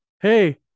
Hey